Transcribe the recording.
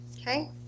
Okay